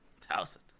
Thousand